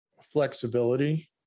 Flexibility